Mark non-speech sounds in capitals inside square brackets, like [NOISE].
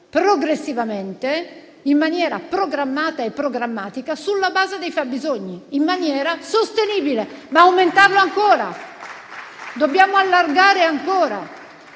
progressivamente, in maniera programmata e programmatica, sulla base dei fabbisogni, in maniera sostenibile. [APPLAUSE] Ma dobbiamo allargarlo ancora,